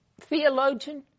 theologian